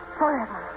forever